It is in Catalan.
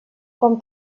com